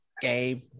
game